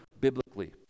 biblically